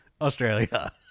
australia